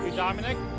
ah dominick!